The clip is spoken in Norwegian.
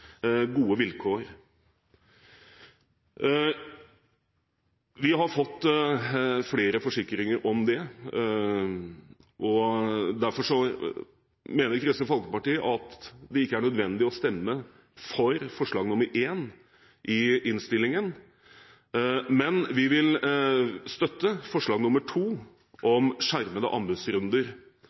gode vilkår. Vi har fått flere forsikringer om det, derfor mener Kristelig Folkeparti at det ikke er nødvendig å stemme for forslag nr. 1 i innstillingen, men vi vil støtte forslag nr. 2 om skjermede anbudsrunder.